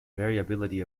variability